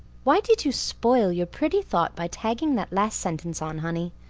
why did you spoil your pretty thought by tagging that last sentence on, honey?